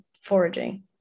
foraging